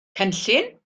cynllun